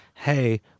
Hey